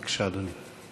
בבקשה, אדוני.